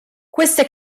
queste